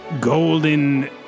golden